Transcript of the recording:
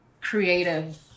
creative